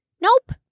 Nope